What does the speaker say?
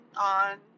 on